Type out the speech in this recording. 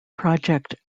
project